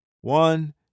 One